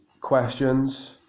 questions